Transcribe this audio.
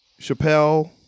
Chappelle